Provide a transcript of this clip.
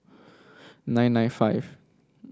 nine nine five